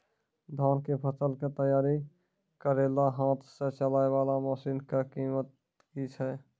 धान कऽ फसल कऽ तैयारी करेला हाथ सऽ चलाय वाला मसीन कऽ कीमत की छै?